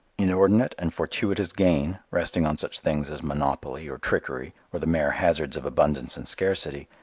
inordinate and fortuitous gain, resting on such things as monopoly, or trickery, or the mere hazards of abundance and scarcity,